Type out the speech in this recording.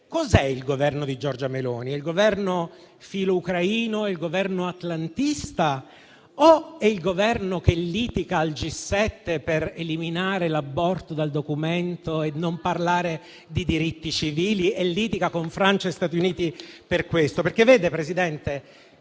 cos'è il Governo di Giorgia Meloni? È il Governo filo-ucraino, è il Governo atlantista o è il Governo che litiga al G7 per eliminare l'aborto dal documento e non parlare di diritti civili e litiga con Francia e Stati Uniti per questo? *(Commenti.